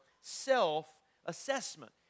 self-assessment